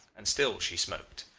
and still she smoked.